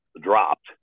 dropped